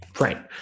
right